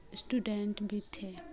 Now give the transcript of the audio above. student بھی تھے